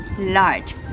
large